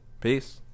Peace